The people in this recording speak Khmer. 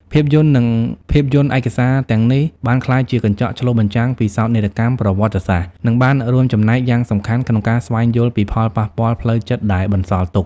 ភាពយន្ត និងភាពយន្តឯកសារទាំងនេះបានក្លាយជាកញ្ចក់ឆ្លុះបញ្ចាំងពីសោកនាដកម្មប្រវត្តិសាស្ត្រ និងបានរួមចំណែកយ៉ាងសំខាន់ក្នុងការស្វែងយល់ពីផលប៉ះពាល់ផ្លូវចិត្តដែលបន្សល់ទុក។